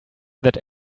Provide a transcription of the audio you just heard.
that